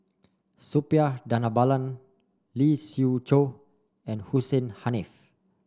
Suppiah Dhanabalan Lee Siew Choh and Hussein Haniff